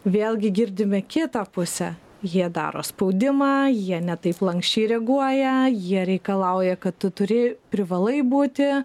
vėlgi girdime kitą pusę jie daro spaudimą jie ne taip lanksčiai reaguoja jie reikalauja kad tu turi privalai būti